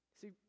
See